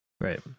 right